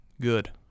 Good